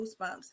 goosebumps